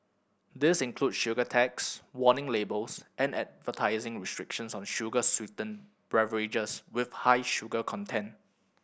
this include sugar tax warning labels and advertising restrictions on sugar sweetened beverages with high sugar content